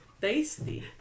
tasty